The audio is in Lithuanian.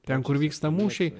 ten kur vyksta mūšiai